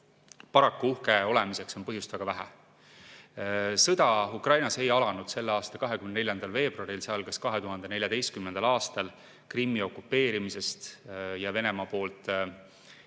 Paraku on uhke olemiseks põhjust väga vähe. Sõda Ukrainas ei alanud selle aasta 24. veebruaril. See algas 2014. aastal Krimmi okupeerimisega ja Venemaa poolt